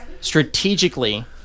Strategically